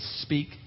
speak